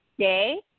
day